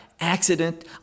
accident